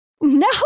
No